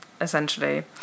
essentially